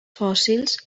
fòssils